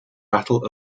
battle